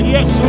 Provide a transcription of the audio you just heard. Yes